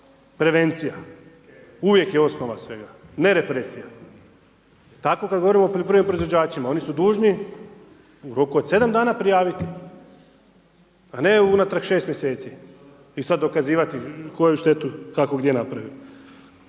Prevencija. Uvijek je osnova svega. Ne represija. Tako kad govorimo o poljoprivrednim proizvođačima. Oni su dužni u roku od sedam dana prijaviti, a ne unatrag 6 mjeseci. I sad dokazivati koju štetu je kako gdje napravio.